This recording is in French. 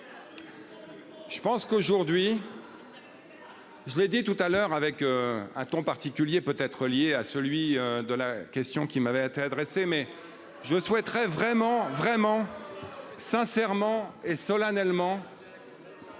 Je pense qu'aujourd'hui. Je l'ai dit tout à l'heure avec un ton particulier peut être lié à celui de la question qui m'avait à telle adresse. C'est mais je souhaiterais vraiment vraiment. Sincèrement et solennellement.